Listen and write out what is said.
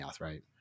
right